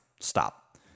stop